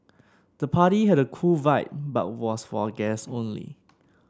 the party had a cool vibe but was for guests only